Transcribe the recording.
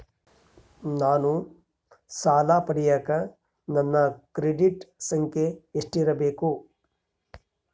ನಾನು ಸಾಲ ಪಡಿಯಕ ನನ್ನ ಕ್ರೆಡಿಟ್ ಸಂಖ್ಯೆ ಎಷ್ಟಿರಬೇಕು?